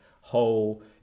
whole